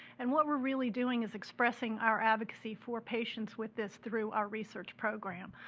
and what we're really doing is expressing our advocacy for patients with this through our research program,